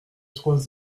trois